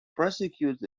prosecute